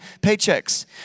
paychecks